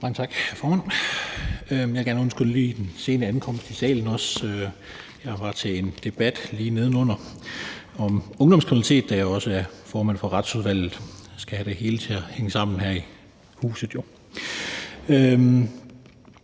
Mange tak, formand. Jeg vil gerne også lige undskylde min sene ankomst i salen; jeg var til en debat lige nedenunder om ungdomskriminalitet, da jeg også er formand for Retsudvalget. Jeg skal jo have det hele til at hænge sammen her i huset.